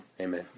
amen